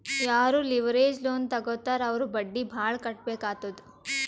ಯಾರೂ leverage loan ತಗೋತ್ತಾರ್ ಅವ್ರು ಬಡ್ಡಿ ಭಾಳ್ ಕಟ್ಟಬೇಕ್ ಆತ್ತುದ್